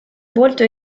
volto